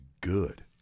good